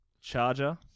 charger